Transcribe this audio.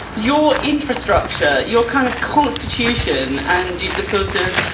your infrastructure, your kind of constitution and the sorts of,